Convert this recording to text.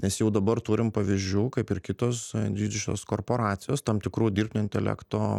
nes jau dabar turime pavyzdžių kaip ir kitos didžiosios korporacijos tam tikrų dirbtinio intelekto